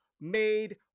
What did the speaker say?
made